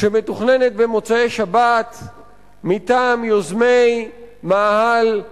שמתוכננת הפגנה במוצאי-שבת מטעם יוזמי מאהל